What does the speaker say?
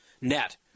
Net